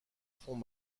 fonds